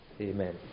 amen